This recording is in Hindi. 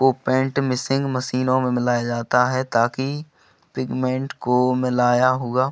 को पेंट मिसिंग मशीनों में मिलाया जाता है ताकि पिगमेंट को मिलाया हुआ